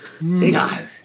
No